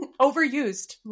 Overused